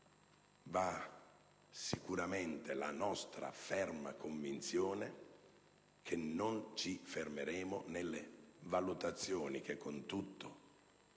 sicuramente la nostra ferma convinzione che non ci fermeremo nelle valutazioni che con tutto il